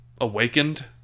awakened